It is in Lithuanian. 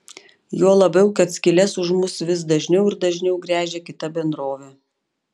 juo labiau kad skyles už mus vis dažniau ir dažniau gręžia kita bendrovė